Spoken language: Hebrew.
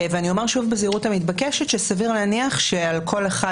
ואני אומר שוב בזהירות המתבקשת שסביר להניח שעל כל אחד